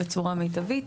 בצורה מיטבית.